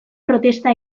protesta